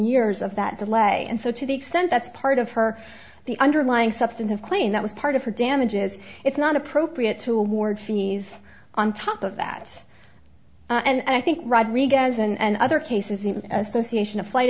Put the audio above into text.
years of that delay and so to the extent that's part of her the underlying substantive claim that was part of her damages it's not appropriate to award fees on top of that and i think rodriguez and other cases even association of flight